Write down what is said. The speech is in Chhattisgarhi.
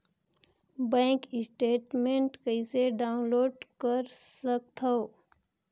बैंक स्टेटमेंट कइसे डाउनलोड कर सकथव?